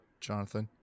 Jonathan